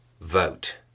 vote